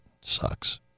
Sucks